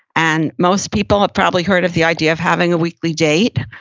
and most people have probably heard of the idea of having a weekly date.